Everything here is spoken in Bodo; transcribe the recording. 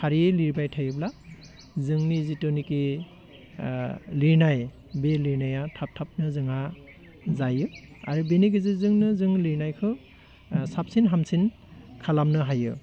फारियै लिरबाय थायोब्ला जोंनि जिथुनाखि लिरनाय बे लिरनाया थाब थाबनो जोंहा जायो आरो बिनि गेजेरजोंनो जों लिरनायखौ साबसिन हामसिन खालामनो हायो